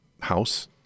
house